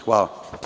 Hvala.